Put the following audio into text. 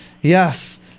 yes